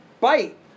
bite